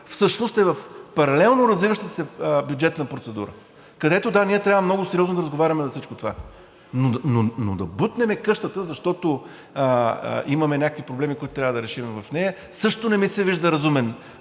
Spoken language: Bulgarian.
всъщност е в паралелно развиващата се бюджетна процедура, където ние трябва много сериозно да разговаряме за всичко това. Но да бутнем къщата, защото имаме някакви проблеми, които трябва да решим в нея, също не ми се вижда разумен